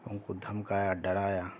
ان کو دھمکایا ڈرایا